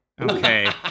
okay